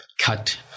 cut